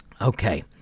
Okay